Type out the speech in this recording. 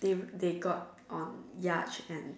they they got on yacht and